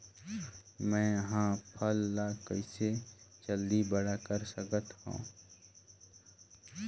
मैं ह फल ला कइसे जल्दी बड़ा कर सकत हव?